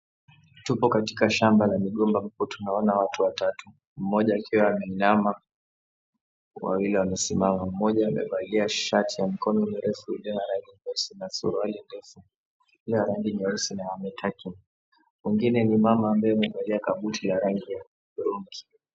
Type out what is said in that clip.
Tupo katika shamba la migomba ambapo tunaona watu watatu mmoja akiwa ameinama, wawili wamesimama. Mmoja amevalia shati ya mikono mirefu iliyo na rangi nyeusi na suruali ndefu iliyo na rangi nyeusi na ametuck in . Mwengine ni mama ambaye amevalia kabuti ya rangi ya hudhurungi.